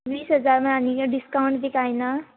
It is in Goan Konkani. वीस हजार मेळ आनी डिस्कावंट बी कांय ना